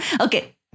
Okay